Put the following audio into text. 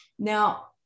Now